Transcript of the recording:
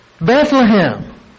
Bethlehem